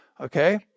Okay